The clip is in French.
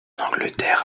angleterre